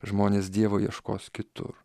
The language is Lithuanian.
žmonės dievo ieškos kitur